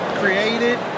created